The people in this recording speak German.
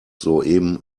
soeben